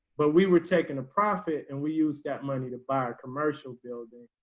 but we were taking a profit and we use that money to buy a commercial building.